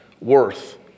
worth